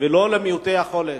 ולא למעוטי יכולת.